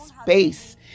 space